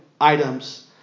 items